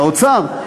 של האוצר,